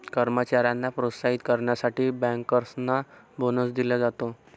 कर्मचाऱ्यांना प्रोत्साहित करण्यासाठी बँकर्सना बोनस दिला जातो